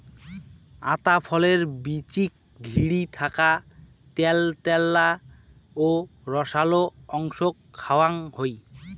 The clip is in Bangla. আতা ফলের বীচিক ঘিরি থাকা ত্যালত্যালা ও রসালো অংশক খাওয়াং হই